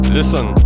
Listen